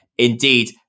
Indeed